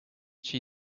she